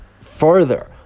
further